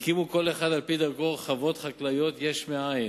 הקימו כל אחד על-פי דרכו חוות חקלאיות יש מאין.